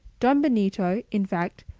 don benito, in fact,